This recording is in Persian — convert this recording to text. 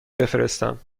بفرستم